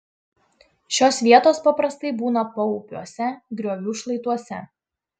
šios vietos paprastai būna paupiuose griovų šlaituose